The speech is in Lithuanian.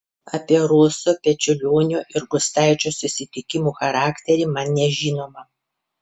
apie roso pečiulionio ir gustaičio susitikimų charakterį man nežinoma